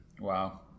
wow